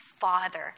Father